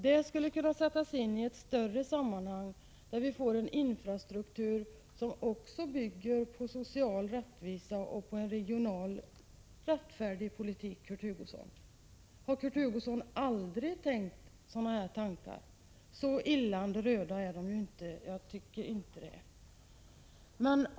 Detta skulle kunna sättas in i ett större sammanhang, där vi får en infrastruktur som bygger på en socialt rättvis och regionalt rättfärdig politik. Har Kurt Hugosson aldrig tänkt sådana tankar? Så illande röda är de ju inte!